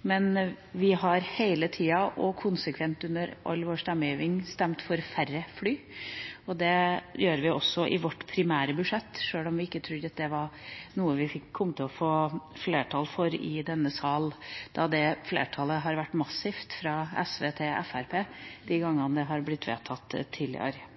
men vi har hele tida konsekvent under vår stemmegivning stemt for færre fly. Det gjør vi også i vårt primære budsjett, selv om vi ikke trodde at det var noe vi kom til å få flertall for i denne sal, da det flertallet har vært massivt fra SV til Fremskrittspartiet de gangene det har blitt vedtatt tidligere.